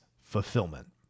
fulfillment